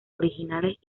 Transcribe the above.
originales